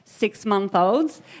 six-month-olds